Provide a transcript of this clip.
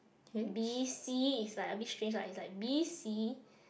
B_C is like a bit strange lah is like B_C